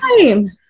time